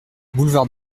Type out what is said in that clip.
boulevard